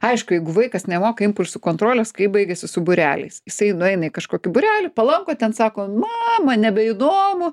aišku jeigu vaikas nemoka impulsų kontrolės kaip baigiasi su būreliais jisai nueina į kažkokį būrelį palanko ten sako na man nebeįdomu